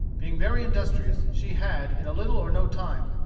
being very industrious, she had, in little or no time,